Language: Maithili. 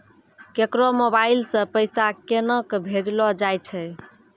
केकरो मोबाइल सऽ पैसा केनक भेजलो जाय छै?